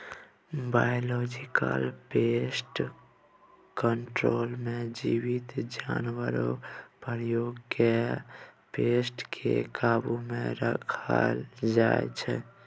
biological pest control मे जीबित जानबरकेँ प्रयोग कए पेस्ट केँ काबु मे राखल जाइ छै